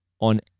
on